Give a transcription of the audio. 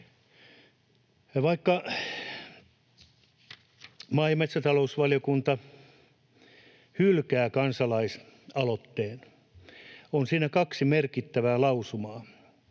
vaikka maa- ja metsätalousvaliokunta hylkää kansalaisaloitteen, on siinä kaksi merkittävää lausumaa.